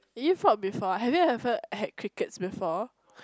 you eat frog before have you had crickets before